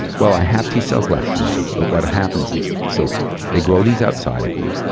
well, i have t-cells left in me. but what happens is, so they grow these outside of you,